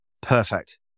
Perfect